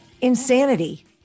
insanity